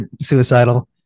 suicidal